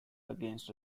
against